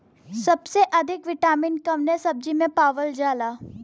सबसे अधिक विटामिन कवने सब्जी में पावल जाला?